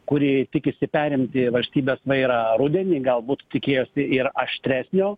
kuri tikisi perimti valstybės vairą rudenį galbūt tikėjosi ir aštresnio